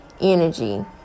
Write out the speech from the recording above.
energy